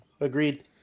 Agreed